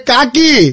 Kaki